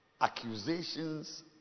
accusations